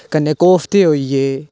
कन्नै कोफ्ते होई गे